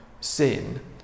sin